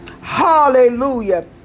hallelujah